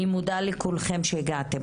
אני מודה לכולכן שהגעתן.